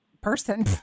person